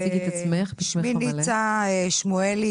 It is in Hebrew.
שמי ניצה שמואלי,